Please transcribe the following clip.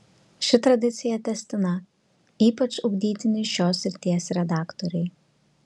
ši tradicija tęstina ypač ugdytini šios srities redaktoriai